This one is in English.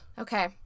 Okay